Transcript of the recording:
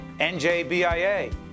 NJBIA